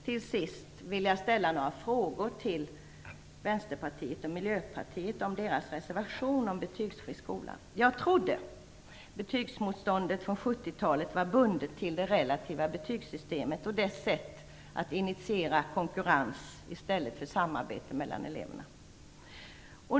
Till sist vill jag ställa några frågor till Vänsterpartiet och Miljöpartiet om deras reservation om betygsfri skola. Jag trodde att betygsmotståndet från 70-talet var bundet till det relativa betygssystemet och dess sätt att initiera konkurrens i stället för samarbete mellan eleverna.